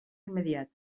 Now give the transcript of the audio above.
immediata